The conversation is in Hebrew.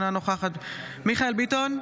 אינה נוכחת מיכאל מרדכי ביטון,